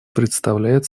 представляет